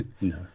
No